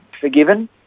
forgiven